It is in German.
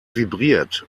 vibriert